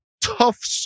tough